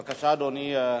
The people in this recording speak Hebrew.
בבקשה, אדוני.